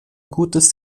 gutes